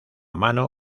mano